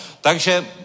Takže